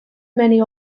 many